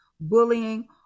bullying